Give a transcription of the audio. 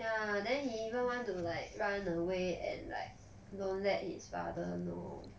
ya then he even want to like run away and like don't let his father know